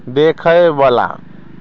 देखएवला